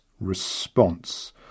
response